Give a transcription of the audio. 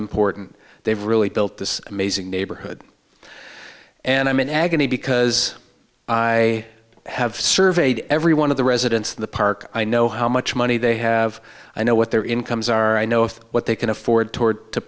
important they've really built this amazing neighborhood and i'm in agony because i have surveyed every one of the residents of the park i know how much money they have i know what their incomes are i know of what they can afford toward to